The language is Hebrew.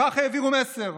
בכך העבירו מסר,